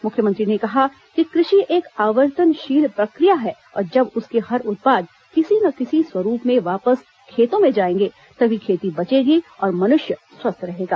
मुख्यमंत्री ने कहा कि कृषि एक आवर्तनशील प्रक्रिया है और जब उसके हर उत्पाद किसी न किसी स्वरूप में वापिस खेतों में जाएंगे तभी खेती बचेगी और मनुष्य स्वस्थ रहेगा